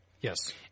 Yes